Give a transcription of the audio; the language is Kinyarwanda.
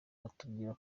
batubwira